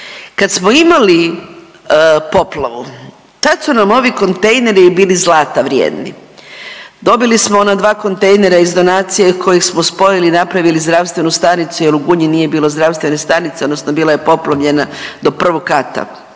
Kad smo imali poplavu tad su nam ovi kontejneri bili zlata vrijedni, dobili smo ona dva kontejnera iz donacije koje smo spojili i napravili zdravstvenu stanicu jel u Gunji nije bilo zdravstvene stanice odnosno bila je poplavljena do 1. kata,